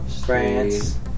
France